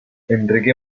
enrique